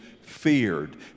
feared